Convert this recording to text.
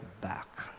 back